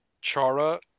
Chara